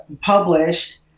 published